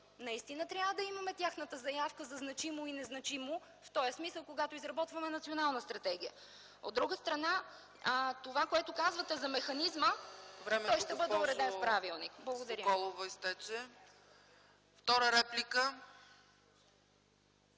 се случва, трябва да имаме тяхната заявка за значимо и незначимо в този смисъл, когато изработваме национална стратегия. От друга страна, това, което казвате за механизма, той ще бъде уреден с правилник. Благодаря.